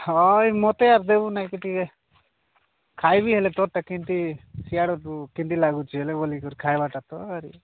ହଁ ଏଇ ମୋତେ ଆର୍ ଦେବୁ ନାହିଁ କି ଟିକେ ଖାଇବି ହେଲେ ତୋରଟା କେମିତି ସିଆଡ଼ୁ କେମିତି ଲାଗୁଛି ହେଲେ ବୋଲିକରି ଖାଇବାଟା ତ ଆହୁରି